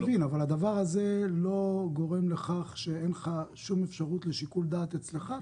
אני מבין, אבל הדבר הזה לא גורם לשיקול דעת אצלך.